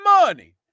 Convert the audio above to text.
money